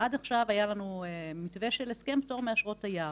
עכשיו היה לנו מתווה של הסכם פטור מאשרות תייר,